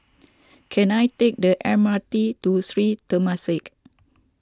can I take the M R T to Sri Temasek